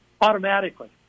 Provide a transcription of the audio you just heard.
automatically